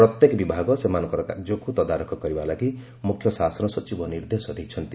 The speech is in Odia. ପ୍ରତ୍ୟେକ ବିଭାଗ ସେମାନଙ୍କର କାର୍ଯ୍ୟକୁ ତଦାରଖ କରିବା ଲାଗି ମୁଖ୍ୟ ଶାସନ ସଚିବ ନିର୍ଦ୍ଦେଶ ଦେଇଛନ୍ତି